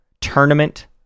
tournament